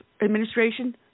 administration